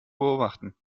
beobachten